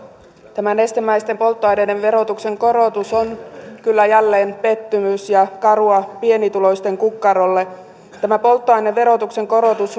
tämä nestemäisten polttoaineiden verotuksen korotus on kyllä jälleen pettymys ja karua pienituloisten kukkarolle tämä polttoaineverotuksen korotus